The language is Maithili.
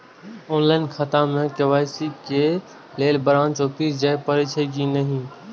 ऑनलाईन खाता में के.वाई.सी के लेल ब्रांच ऑफिस जाय परेछै कि नहिं?